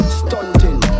stunting